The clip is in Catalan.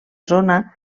zona